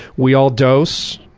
we all dose,